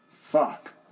fuck